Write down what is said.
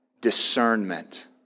discernment